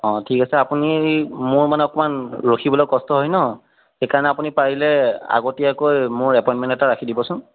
অঁ ঠিক আছে আপুনি মোৰ মানে অকণমান ৰখিবলে কষ্ট হয় ন সেইকাৰণে আপুনি পাৰিলে আগতীয়াকৈ মোৰ এপইণ্টমেণ্ট এটা ৰাখি দিবছোন